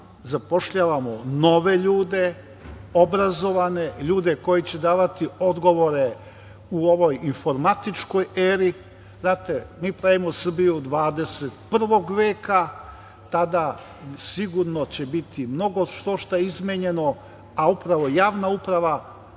zapošljavamo nove ljude, obrazovane, ljude koji će davati odgovore u ovoj informatičkoj eri. Znate, mi pravimo Srbiju 21. veka, tada sigurno će biti mnogo štošta izmenjeno, a upravo javna uprava